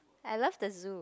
I love the zoo